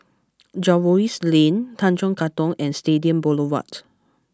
Jervois Lane Tanjong Katong and Stadium Boulevard